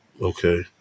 Okay